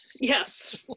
Yes